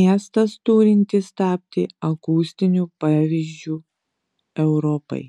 miestas turintis tapti akustiniu pavyzdžiu europai